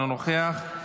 אינו נוכח.